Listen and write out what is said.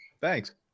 Thanks